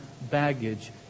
baggage